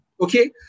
okay